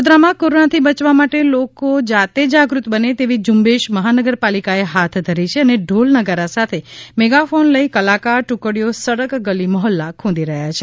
વડોદરામાં કોરોનાથી બચવા માટે લોકો જાતે જાગૃત બને તેવી ઝુંબેશ મહાનગરપાલિકા એ હાથ ધરી છે અને ઢોલ નગારા સાથે મેગાફોન લઈ કલાકાર ટુકડીઓ સડક ગલી મહોલ્લા ખૂંદી રહી છે